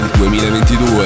2022